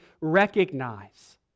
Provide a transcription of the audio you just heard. recognize